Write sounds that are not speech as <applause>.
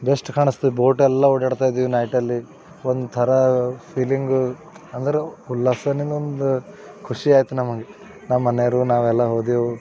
best ಕಾಣಿಸ್ತು ಬೋಟೆಲ್ಲ ಓಡಾಡ್ತಾಯಿದ್ದೆವು ನೈಟಲ್ಲಿ ಒಂಥರ ಫೀಲಿಂಗು ಅಂದ್ರೆ ಫುಲ್ <unintelligible> ಒಂದು ಖುಷಿಯಾಯಿತು ನಮಗೆ ನಮ್ಮನೆಯವರು ನಾವೆಲ್ಲ ಹೋದೆವು